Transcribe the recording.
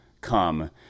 come